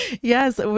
Yes